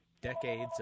decades